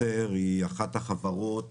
מסר היא אחת החברות